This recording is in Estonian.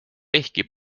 ehkki